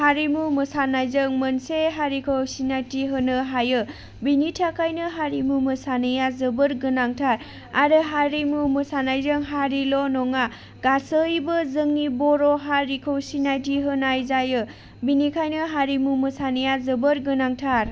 हारिमु मोसानायजों मोनसे हारिखौ सिनायथि होनो हायो बेनिथाखायनो हारिमु मोसानाया जोबोर गोनांथार आरो हारिमु मोसानायजों हारिल' नङा गासैबो जोंनि बर' हारिखौ सिनायथि होनाय जायो बेनिखायनो हारिमु मोसानाया जोबोर गोनांथार